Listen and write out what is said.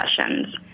sessions